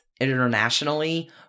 internationally